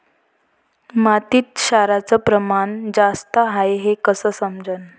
मातीत क्षाराचं प्रमान जास्त हाये हे कस समजन?